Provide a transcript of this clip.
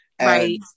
Right